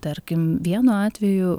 tarkim vienu atveju